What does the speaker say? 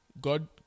god